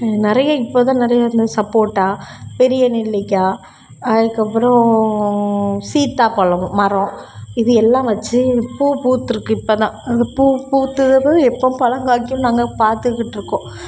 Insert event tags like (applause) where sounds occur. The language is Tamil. நிறைய இப்போ தான் நிறைய இந்த சப்போட்டா பெரிய நெல்லிக்காய் அதுக்கு அப்புறம் சீத்தா பழம் மரம் இது எல்லாம் வச்சி பூ பூத்துருக்கு இப்போ தான் அந்த பூ பூத்தது (unintelligible) எப்போ பழம் காய்க்கும்னு நாங்கள் பார்த்துக்கிட்ருக்கோம்